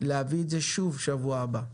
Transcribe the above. להביא את זה שוב בשבוע הבא.